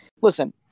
listen